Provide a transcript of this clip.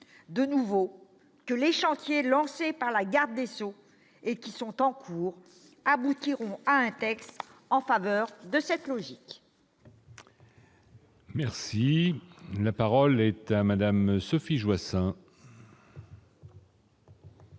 de nouveau, que les chantiers lancés par Mme la garde des sceaux, qui sont en cours, aboutissent à un texte en faveur de cette logique. La parole est à Mme Sophie Joissains.